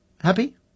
Happy